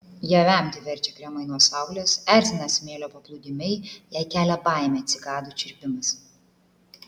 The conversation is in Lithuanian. ją vemti verčia kremai nuo saulės erzina smėlio paplūdimiai jai kelia baimę cikadų čirpimas